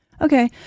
Okay